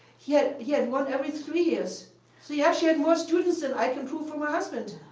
he had he had one every three years. so he actually had more students than i can prove for my husband.